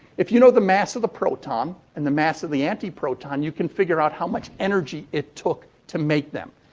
if you know the mass of the proton and the mass of the anti-proton you can figure out how much energy it took to make them.